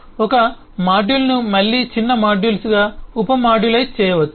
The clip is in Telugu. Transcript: ఒక మాడ్యూల్ను మళ్ళీ చిన్న మాడ్యూల్స్గా ఉప మాడ్యులైజ్ చేయవచ్చు